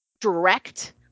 direct